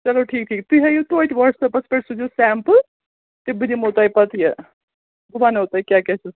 چلو ٹھیٖک ٹھیٖک تُہۍ ہٲیِو تویتہِ وَٹسَپَس پٮ۪ٹھ سوٗزِو سٮ۪مپٕل تہٕ بہٕ دِمو تۄہہِ پَتہٕ یہِ بہٕ وَنو تۄہہِ کیٛاہ کیٛاہ چھُ